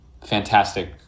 fantastic